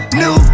new